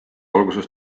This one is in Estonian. alguses